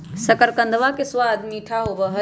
शकरकंदवा के स्वाद मीठा होबा हई